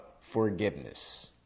forgiveness